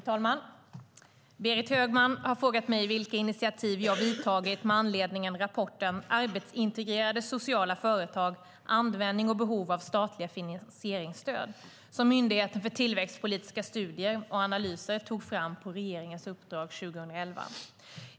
Fru talman! Berit Högman har frågat mig vilka initiativ jag tagit med anledning av rapporten Arbetsintegrerande sociala företag - användning och behov av statliga finansieringsstöd , som Myndigheten för tillväxtpolitiska utvärderingar och analyser tog fram på regeringens uppdrag 2011.